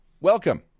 welcome